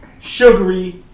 sugary